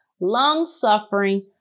long-suffering